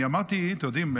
אתם יודעים,